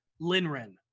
Linren